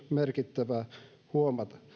merkittävää huomata